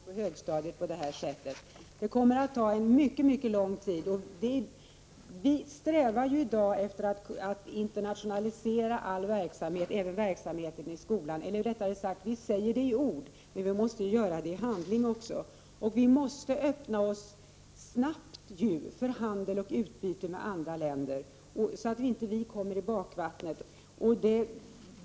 Fru talman! Jag tycker att det är synd att man på detta sätt skjuter upp ställningstagandet till frågan om fler språk på högstadiet. Det kommer att ta mycket lång tid. Vi strävar ju i dag efter att internationalisera all verksamhet, även verksamheten i skolan. Eller rättare sagt: Vi säger det i ord, men vi måste göra det också i handling. Vi måste snabbt öppna oss för handel och utbyte med andra länder, så att vi inte kommer i bakvattnet.